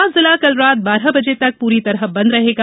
देवास जिला कल रात बारह बजे तक पूरी तरह बंद रहेगा